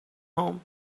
home